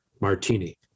martini